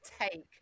take